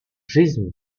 жизнь